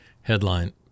Headline